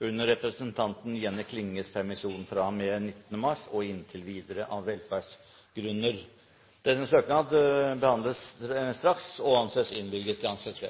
under representanten Jenny Klinges permisjon, fra og med 19. mars og inntil videre, av velferdsgrunner. Etter forslag fra presidenten ble enstemmig besluttet: Søknaden behandles straks og innvilges.